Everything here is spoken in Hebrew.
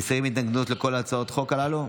מסירים התנגדות לכל הצעות החוק הללו?